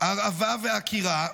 הרעבה ועקירה,